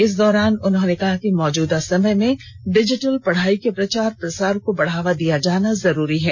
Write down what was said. इस दौरान उन्होंने कहा कि मौजूदा समय में डिजिटल पढ़ाई के प्रचार प्रसार को बढ़ावा दिया जाना जरूरी है